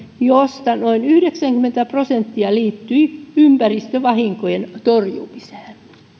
josta noin yhdeksänkymmentä prosenttia liittyi ympäristövahinkojen torjumiseen